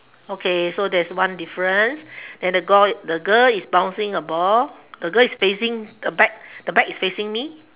okay so there is one difference then the girl the girl is bouncing a ball the girl is facing a back the back is facing me